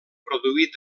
produir